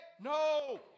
no